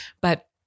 but-